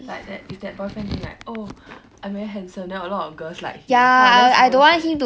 like that if that boyfriend think like oh I'm very handsome then a lot of girls like him so I just don't want like